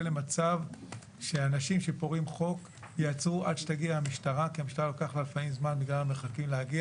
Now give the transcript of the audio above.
למצב שאנשים פורעי חוק ייעצרו עד שתגיע המשטרה כי למשטרה לוקח זמן להגיע.